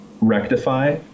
rectify